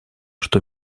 что